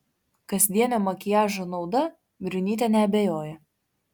kasdienio makiažo nauda briunytė neabejoja